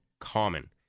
common